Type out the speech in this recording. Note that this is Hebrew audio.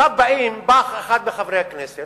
עכשיו, בא אחד מחברי הכנסת